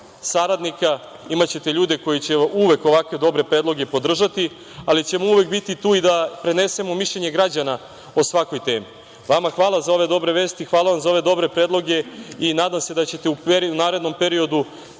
saradnika, imaćete ljude koji će uvek ovako dobre predloge podržati, ali ćemo uvek biti i tu da prenesemo mišljenje građana o svakoj temi. Hvala vam za ove dobre vesti, hvala vam za ove dobre predloge i nadam se da ćete u narednom periodu